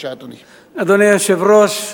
אדוני היושב-ראש,